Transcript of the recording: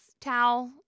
towel